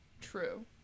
true